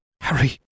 Harry